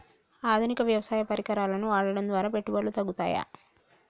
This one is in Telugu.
ఆధునిక వ్యవసాయ పరికరాలను వాడటం ద్వారా పెట్టుబడులు తగ్గుతయ?